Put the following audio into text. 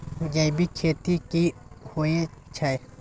जैविक खेती की होए छै?